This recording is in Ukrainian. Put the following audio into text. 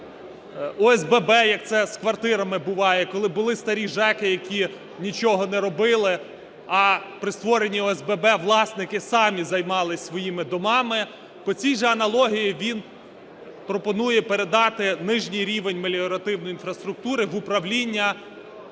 ОСББ, як це з квартирами буває, коли були старі ЖЕКи, які нічого не робили, а при створенні ОСББ власники самі займалися своїми домами. По цій же аналогії він пропонує передати нижній рівень меліоративної інфраструктури в управління